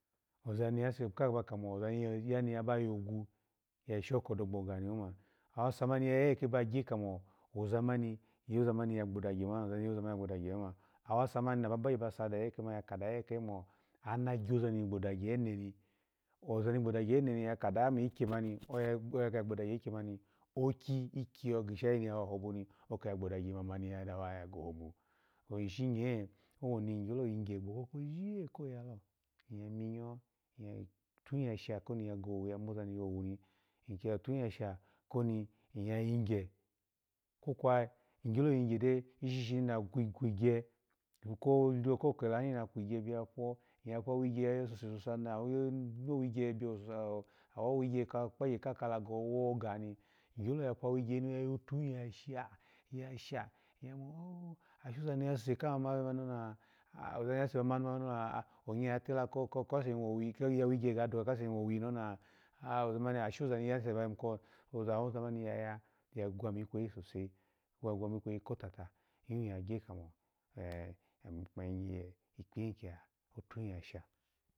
Oza ni ya seka ba kamo, oza ni ya na ba yogwu ya shoko do gbo ga ni oma, awasa mani ba yi leke ba gye kamo oza mani yoza ma ni ya gbodagye, oza ni mani ya gbo dagye ni oma, awasa mani na ba bagye ba sa day eke, mani ya kada yeke mo ana joza ni gbodagye ene ni, koza ni gbodagyene ya kadaa mo ikemani, oya gege ya gbodagye ikemani, owikiyi kpikyiyo gishayi ni ya wa ohobo ni, oki ya ghbodagye mamani yadawa gohoba oyishi nye owoni nyolo yigye ni gboko kojije ya yalo, imiyinyo otu yasha koni ya gowu ni ya moza ni yowu ni, ki ya otiu ya sha koni nya yigye kwokwa nyolo yigyede, ishi shishi ni na kwi- kwigye kojilo ko kelahi, na kwigye kojilo ko kelahi, na kwigye na fasuse sosa na wino wi gye biyo o awo weigye ko kpahgye ka kalago wo ga ni, igyolo ya fowigyeni oya yotahi ya sha, ya sha, ya mo o ashoza ni asuse ka mani ona, oza ni ya suse kaba yani ona, onya yatela kase ni wo wi, ya wigye ya ga doka kase niwowi ni ona, awoza mani ashoza ni ya se ba yimu agwa mi ikweyi sose, ba gwami ikweyi kotata, yu yagye kamo otuhi yasha.